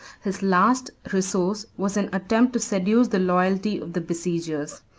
his last resource was an attempt to seduce the loyalty of the besiegers.